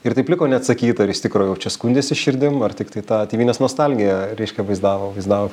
ir taip liko neatsakyta ar jis tikro jau čia skundėsi širdim ar tiktai tą tėvynės nostalgiją reiškia vaizdavo vaizdavo